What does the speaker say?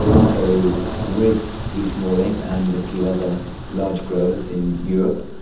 so with east malling and a few other large growers in europe,